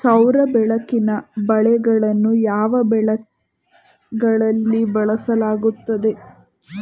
ಸೌರ ಬೆಳಕಿನ ಬಲೆಗಳನ್ನು ಯಾವ ಬೆಳೆಗಳಲ್ಲಿ ಬಳಸಲಾಗುತ್ತದೆ?